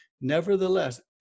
Nevertheless